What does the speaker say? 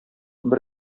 бер